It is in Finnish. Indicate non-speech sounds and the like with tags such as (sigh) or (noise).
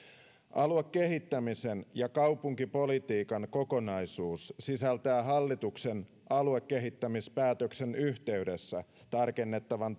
aluekehittämisen ja kaupunkipolitiikan kokonaisuus sisältää hallituksen aluekehittämispäätöksen yhteydessä tarkennettavan (unintelligible)